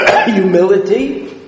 humility